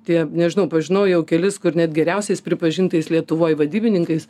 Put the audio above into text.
tie nežinau pažinau jau kelis kur net geriausiais pripažintais lietuvoj vadybininkais